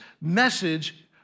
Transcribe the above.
message